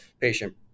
patient